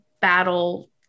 battle